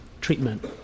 treatment